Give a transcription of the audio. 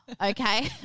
okay